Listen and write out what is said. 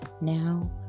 now